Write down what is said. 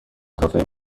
کافئین